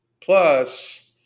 plus